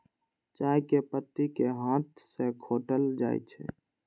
चाय के पत्ती कें हाथ सं खोंटल जाइ छै